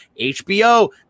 HBO